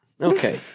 Okay